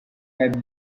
have